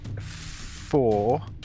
four